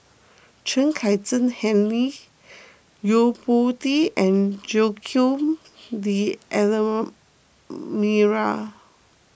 Chen Kezhan Henri Yo Po Tee and Joaquim D'Almeida